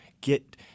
get